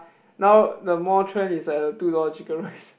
now the more trend is like the two dollar chicken rice